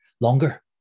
longer